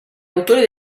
autori